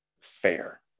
fair